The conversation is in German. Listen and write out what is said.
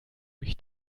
mich